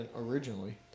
originally